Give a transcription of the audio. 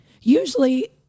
usually